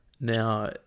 Now